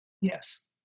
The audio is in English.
Yes